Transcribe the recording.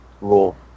rule